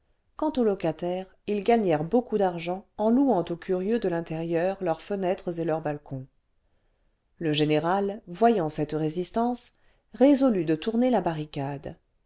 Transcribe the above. quant aux locataires ils gagnèrent beaucoup d'argent en louant aux curieux de l'intérieur leurs fenêtres et leurs balcons le général voyant cette résistance résistance de tourner la barricade